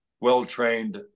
well-trained